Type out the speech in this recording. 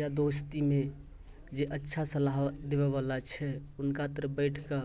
या दोस्तीमे जे अच्छा सलाह देबऽ बला छै उनका तर बैठ कऽ